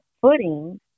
footing